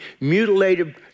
mutilated